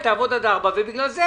היא תעבוד עד 4:00 ובגלל זה